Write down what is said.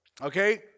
Okay